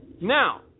Now